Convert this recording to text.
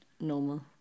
normal